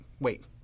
Wait